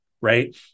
Right